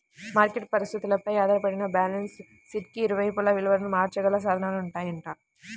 market పరిస్థితులపై ఆధారపడి balance షీట్కి ఇరువైపులా విలువను మార్చగల సాధనాలుంటాయంట